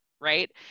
right